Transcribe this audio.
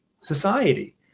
society